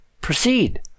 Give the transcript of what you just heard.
proceed